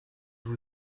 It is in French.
vous